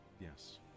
Yes